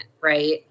Right